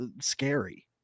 scary